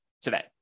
today